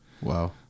Wow